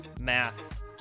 math